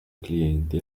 cliente